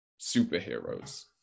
superheroes